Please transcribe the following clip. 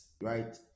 right